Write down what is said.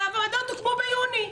והוועדות הוקמו ביוני.